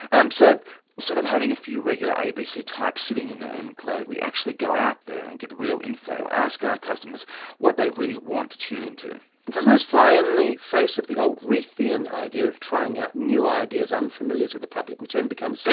um so instead of having a few regular abc types sitting in their enclave, we actually go out there and get real info, ask our customers what they really want to tune into. does this fly in the face of the old reithian idea of trying out new ideas unfamiliar to the public which then become. so